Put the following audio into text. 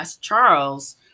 Charles